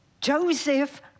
Joseph